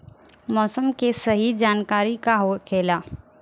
मौसम के सही जानकारी का होखेला?